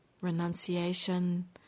renunciation